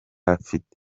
afite